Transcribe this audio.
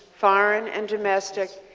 foreign and domestic,